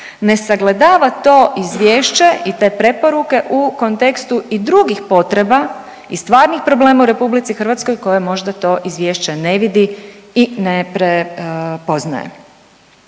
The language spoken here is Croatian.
ne sagledava to izvješte i te preporuke u kontekstu i drugih potreba i stvarnih problema u Republici Hrvatskoj koje možda to izvješće ne vidi i ne prepoznaje.